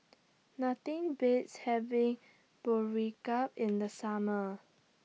Nothing Beats having in The Summer